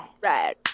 Red